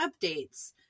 updates